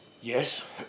Yes